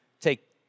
take